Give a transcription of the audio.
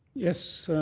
yes,